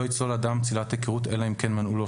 לא יצלול אדם צלילת היכרות צלילת היכרותאלא אם כן מלאו לו